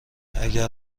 اگر